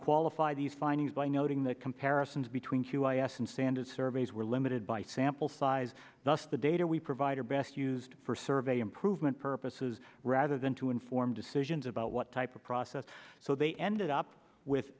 qualify these findings by noting that comparisons between q i s and standard surveys were limited by sample size thus the data we provide are best used for survey improvement purposes rather than to inform decisions about what type of process so they ended up with